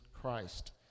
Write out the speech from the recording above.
Christ